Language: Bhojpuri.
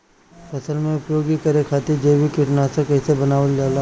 फसल में उपयोग करे खातिर जैविक कीटनाशक कइसे बनावल जाला?